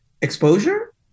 exposure